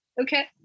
Okay